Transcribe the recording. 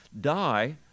die